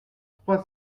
trois